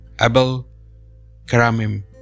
Abel-Karamim